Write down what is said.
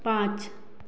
पाँच